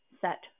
set